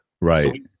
right